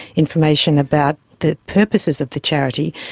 information about the purposes of the charity,